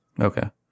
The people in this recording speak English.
Okay